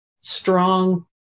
strong